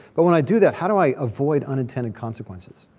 but when i do that, how do i avoid unintended consequences?